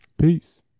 Peace